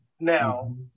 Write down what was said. now